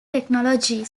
technology